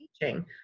teaching